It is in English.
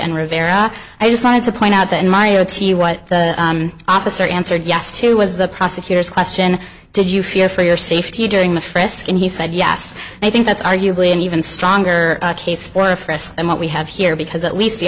and rivera i just wanted to point out that in my oath to you what the officer answered yes to was the prosecutor's question did you fear for your safety during the frisk and he said yes i think that's arguably an even stronger case for frist and what we have here because at least the